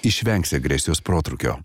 išvengsi agresijos protrūkio